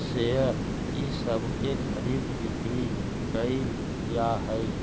share इ सब के खरीद बिक्री कैइल जा हई